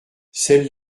celle